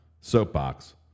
soapbox